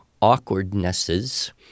awkwardnesses